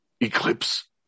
eclipse